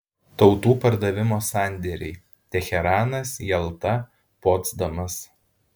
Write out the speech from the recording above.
tautų pardavimo sandėriai teheranas jalta potsdamas